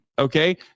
Okay